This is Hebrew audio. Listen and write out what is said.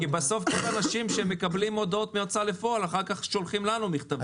כי בסוף אנשים שמקבלים הודעות מהוצאה לפועל אחר כך שולחים לנו מכתבים.